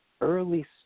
early